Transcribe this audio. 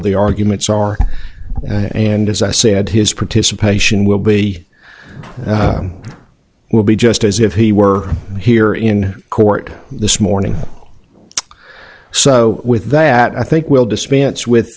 of the arguments are and as i said his participation will be will be just as if he were here in court this morning so with that i think we'll dispense with